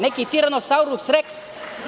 Neki tiranosaurus reks.